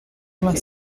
vingt